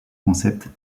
concept